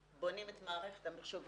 בונים את מערכת המחשוב וכו'.